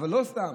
לא סתם,